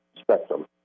spectrum